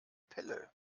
pelle